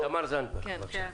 תמר זנדברג, בבקשה.